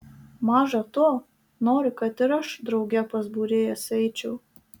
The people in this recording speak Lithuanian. maža to nori kad ir aš drauge pas būrėjas eičiau